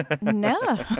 No